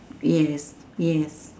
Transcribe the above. yes yes